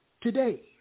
today